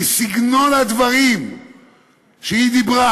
כי סגנון הדברים שהיא דיברה,